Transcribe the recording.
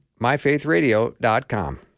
myfaithradio.com